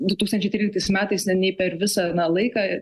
du tūkstančiai tryliktais metais ne nei per visą na laiką